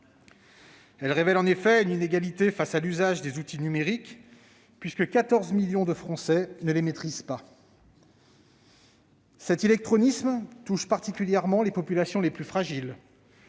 elle révèle en effet une inégalité face à l'usage des outils numériques, puisque 14 millions de Français ne les maîtrisent pas. Cet illectronisme touche particulièrement les populations les plus fragiles